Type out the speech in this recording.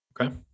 Okay